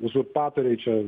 uzurpatoriai čia